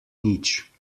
nič